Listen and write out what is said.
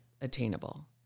attainable